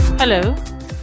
Hello